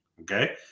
Okay